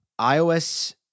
iOS